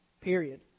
Period